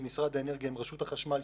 שזה משרד האנרגיה עם רשות החשמל,